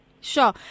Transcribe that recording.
Sure